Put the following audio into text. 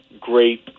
great